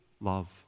love